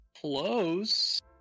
close